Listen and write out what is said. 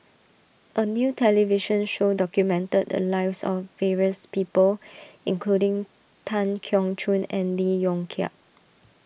a new television show documented the lives of various people including Tan Keong Choon and Lee Yong Kiat